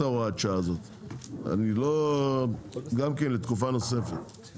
הוראת השעה הזאת גם כן לתקופה נוספת,